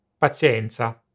Pazienza